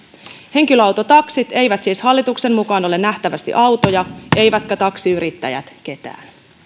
henkilöautotaksit eivät siis hallituksen mukaan ole nähtävästi autoja eivätkä taksiyrittäjät ketään